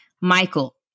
michael